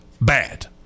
bad